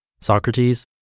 Socrates